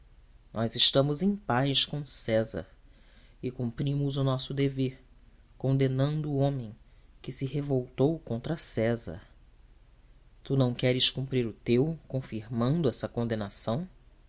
nós estamos em paz com césar e cumprimos o nosso dever condenando o homem que se revoltou contra césar tu não queres cumprir o teu confirmando essa condenação